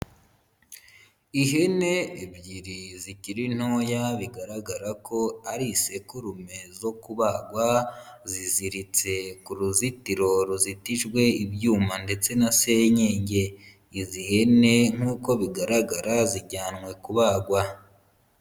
Ihene ebyiri zikiri ntoya bigaragara ko ari isekurume zo kubagwa, ziziritse ku ruzitiro ruzitijwe ibyuma ndetse na senyenge. Izi hene nkuko bigaragara zijyanwe kubagwa.